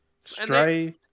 Stray